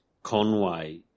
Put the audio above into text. Conway